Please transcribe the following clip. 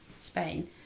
Spain